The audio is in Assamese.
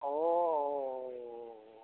অ' অ'